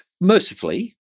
Mercifully